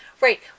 Right